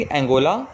Angola